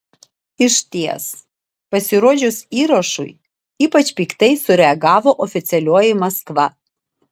išties pasirodžius įrašui ypač piktai sureagavo oficialioji maskva